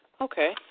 Okay